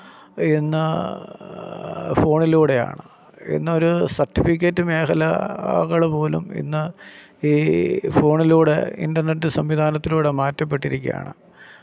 ഇന്ന് ഫോണിലൂടെയാണ് ഇന്നൊരു സര്ട്ടിഫിക്കറ്റ് മേഖല കള് പോലും ഇന്ന് ഈ ഫോണിലൂടെ ഇന്റര്നെറ്റ് സംവിധാനത്തിലൂടെ മാറ്റപ്പെട്ടിരിക്കയാണ്